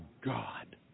God